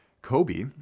kobe